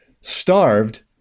starved